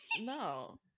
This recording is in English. No